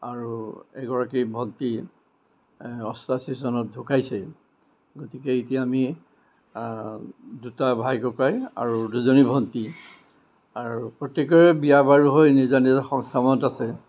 আৰু এগৰাকী ভণ্টী অষ্টাশী চনত ঢুকাইছে গতিকে এতিয়া আমি দুটা ভাই ককাই আৰু দুজনী ভণ্টী আৰু প্ৰত্যেকৰে বিয়া বাৰু হৈ নিজা নিজা সংস্থাপনত আছে